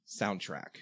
soundtrack